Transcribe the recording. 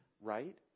right